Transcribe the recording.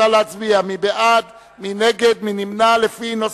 שמונה בעד, 51 נגד, אין נמנעים.